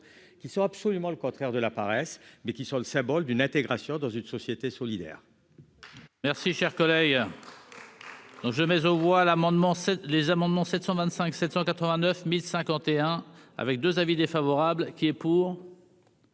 qui sont absolument le contraire de la paresse, mais qui sont le symbole d'une intégration dans une société solidaire.